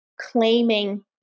claiming